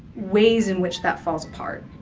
ways in which that falls apart.